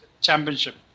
championship